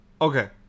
Okay